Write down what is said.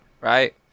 right